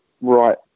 right